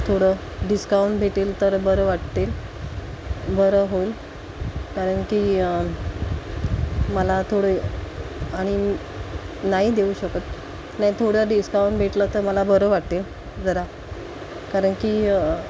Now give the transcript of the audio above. थोडं डिस्काऊंट भेटेल तर बरं वाटेल बरं होईल कारण की मला थोडे आणि नाही देऊ शकत नाही थोडं डिस्काऊंट भेटलं तर मला बरं वाटेल जरा कारण की